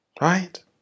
Right